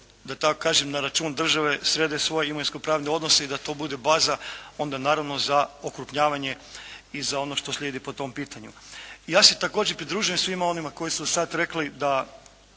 da tako kažem, na račun države srede svoje imovinskopravne odnose i da to bude baza onda naravno za okrupnjavanje i za ono što slijedi po tom pitanju. ja se također pridružujem svima onima koji su sad rekli da